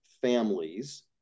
families